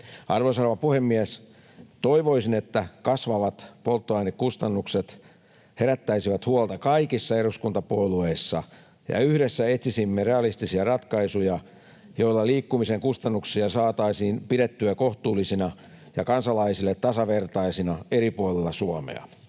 rouva puhemies! Toivoisin, että kasvavat polttoainekustannukset herättäisivät huolta kaikissa eduskuntapuolueissa ja yhdessä etsisimme realistisia ratkaisuja, joilla liikkumisen kustannuksia saataisiin pidettyä kohtuullisina ja kansalaisille tasavertaisina eri puolilla Suomea.